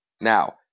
Now